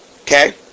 Okay